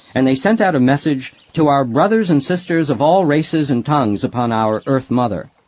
and they sent out a message to our brothers and sisters of all races and tongues upon our earth mother